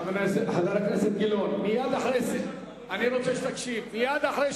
חבר הכנסת גילאון, זו לא הצעה לסדר-היום.